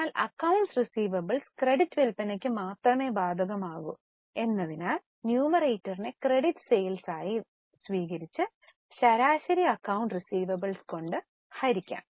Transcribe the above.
എന്നാൽ accounts receivables credit വിൽപ്പനയ്ക്ക് മാത്രമേ ബാധകമാകൂ എന്നതിനാൽ ന്യൂമറേറ്ററിനെ ക്രെഡിറ്റ് സെയിൽസ് ആയി സ്വീകരിച്ച് ശരാശരി അക്കൌണ്ട്സ് റീസിവബിൾസ് കൊണ്ട് ഹരിക്കാം